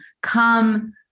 Come